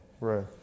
Right